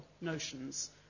notions